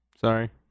Sorry